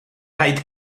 rhaid